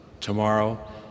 Tomorrow